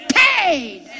paid